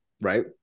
right